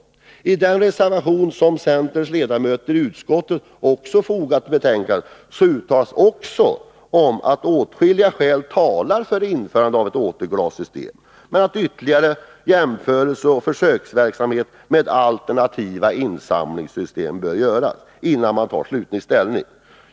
Även i den reservation som centerns ledamöter i utskottet fogat till utskottsbetänkandet uttalas att åtskilliga skäl talar för införandet av ett återglassystem, men att ytterligare jämförelser och försöksverksamhet med alternativa återsamlingssystem bör göras, innan slutgiltig ställning skall tas.